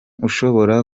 ushobora